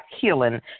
healing